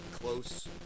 close